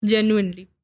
Genuinely